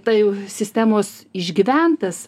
tai sistemos išgyventas